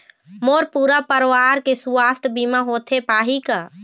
मोर पूरा परवार के सुवास्थ बीमा होथे पाही का?